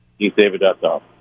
KeithDavid.com